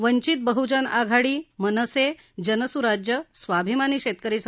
वंचित बहुजन आघाडी मनसे जनसुराज्य स्वाभिमानी शेतकरी आहेत